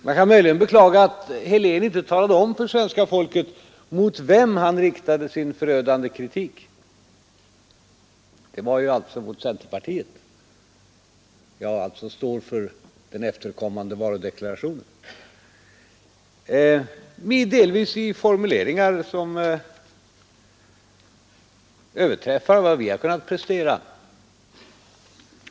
Man kan möjligen beklaga att herr Helén inte talade om för svenska folket mot vem han riktade sin förödande kritik — det var alltså egentligen mot centerpartiet — jag får alltså stå för den efterkommande varudeklarationen — delvis i formuleringar som överträffar vad vi har kunnat prestera.